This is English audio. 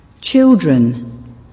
Children